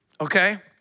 okay